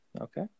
Okay